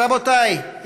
רבותיי,